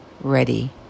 ready